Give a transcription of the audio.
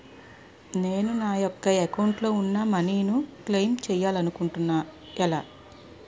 నేను నా యెక్క అకౌంట్ లో ఉన్న మనీ ను క్లైమ్ చేయాలనుకుంటున్నా ఎలా?